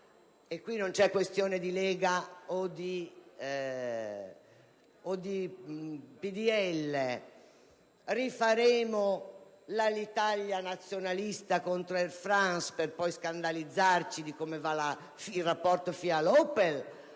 punto non è questione di Lega o di PdL), rifaremo l'Alitalia nazionalista contro Air France per poi scandalizzarci di come va il rapporto FIAT‑Opel,